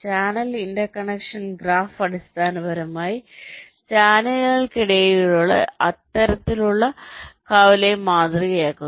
channel intersection graph അടിസ്ഥാനപരമായി ചാനലുകൾക്കിടയിലുള്ള ഇത്തരത്തിലുള്ള കവലയെ മാതൃകയാക്കുന്നു